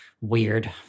weird